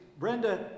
Brenda